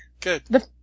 good